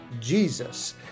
Jesus